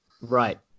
Right